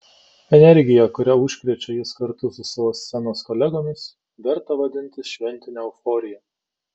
energija kuria užkrečia jis kartu su savo scenos kolegomis verta vadintis šventine euforija